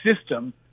system